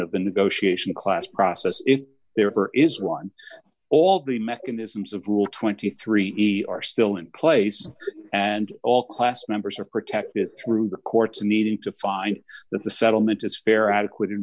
of the negotiation class process if there ever is one all the mechanisms of rule twenty three are still in place and all class members of protected through the courts and meeting to find that the settlement is fair adequate and